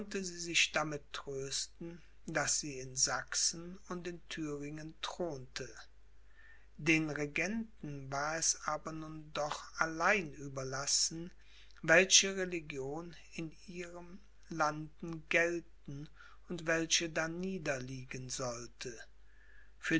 sie sich damit trösten daß sie in sachsen und in thüringen thronte den regenten war es aber nun doch allein überlassen welche religion in ihren landen gelten und welche darnieder liegen sollte